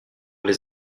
les